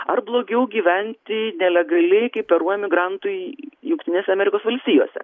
ar blogiau gyventi nelegaliai kaip peru emigrantui jungtinėse amerikos valstijose